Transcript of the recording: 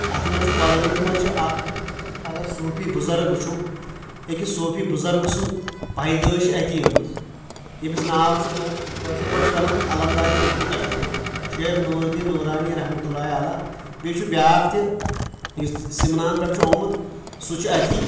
اتھ منٛز چھِ کۄلگٲمِس منٛز چھِ اکھ اگر صوٗفی بُزرگ وٕچھو أکِس صوفی بُزرگ سُنٛد پیدٲیش چھِ اتی گٔمٕژ ییٚمِس ناو چھِ ونان کٲشر پٲٹھۍ چھِ ونان علم دارِ ملکِ کشمیٖر شیخ نور الدین نورانی رحمہ اللہ علیٰ بییٚہِ چھُ بیاکھ تہِ یُس سِمنان پٮ۪ٹھ چھُ آمُت سُہ چھُ أتی